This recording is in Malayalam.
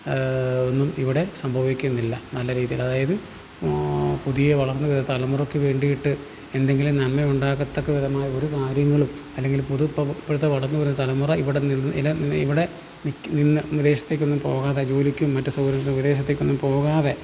ഒന്നും ഇവിടെ സംഭവിക്കുന്നില്ല നല്ല രീതിയിൽ അതായത് പുതിയ വളർന്നു വരുന്ന തലമുറക്ക് വേണ്ടിയിട്ട് എന്തെങ്കിലും നന്മ ഉണ്ടാകത്തക്ക വിധമായ ഒരു കാര്യങ്ങളും അല്ലങ്കിൽ പുതു ഇപ്പോഴത്തെ വളർന്നു വരുന്ന തലമുറ ഇവിടെ നിന്ന് നില ഇവിടെ നിക്ക് നിന്ന് വിദേശത്തേക്കൊന്നും പോകാതെ ജോലിക്കും മറ്റ് സൗകര്യങ്ങൾക്കും വിദേശത്തേക്കൊന്നും പോകാതെ